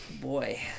Boy